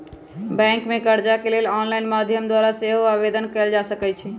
bank से कर्जा के लेल ऑनलाइन माध्यम द्वारा सेहो आवेदन कएल जा सकइ छइ